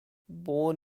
born